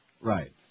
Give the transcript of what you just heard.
Right